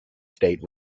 estate